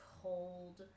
cold